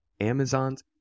Amazon's